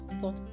thought